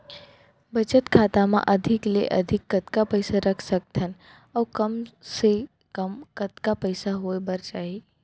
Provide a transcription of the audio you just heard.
बचत खाता मा अधिक ले अधिक कतका पइसा रख सकथन अऊ कम ले कम कतका पइसा होय बर चाही?